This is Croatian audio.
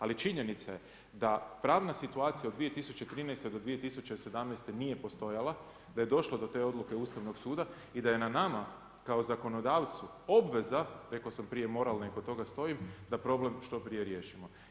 Ali činjenica je da pravna situacija u 2013.-2017. nije postojala, da je došlo do te odluke Ustavnog suda i da je na nama kao zakonodavcu obveza, rekao sam prije moralna i kod toga stojim, da problem što prije riješimo.